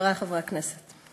חברי חברי הכנסת,